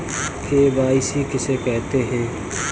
KYC किसे कहते हैं?